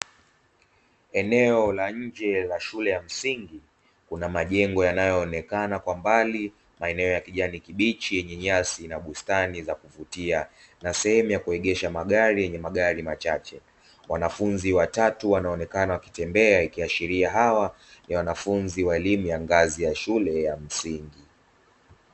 Eneo la nje la shule ya msingi kuna majengo yanayoonekana kwa mbali, maeneo ya kijani kibichi yenye nyasi na bustani ya kuvutia na sehemu ya kuegesha magari machache. Wanafunzi watatu wanaonekana wakitembea ikiashiria hawa ni wanafunzi wa elimu ya ngazi ya shule ya msingi.